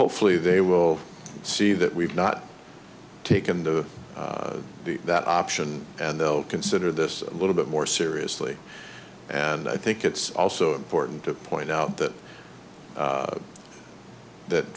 hopefully they will see that we've not taken the that option and they'll consider this a little bit more seriously and i think it's also important to point out that that